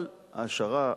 אבל העשרה,